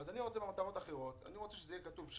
אני רוצה שבמטרות אחרות יהיה כתוב: